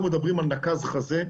אנחנו מדברים על נקז חזה,